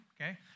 okay